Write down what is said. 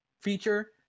feature